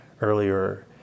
earlier